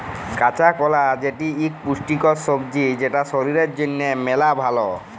কাঁচা কলা যেটি ইক পুষ্টিকর সবজি যেটা শরীর জনহে মেলা ভাল